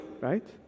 right